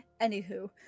Anywho